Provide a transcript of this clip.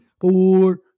four